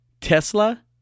Tesla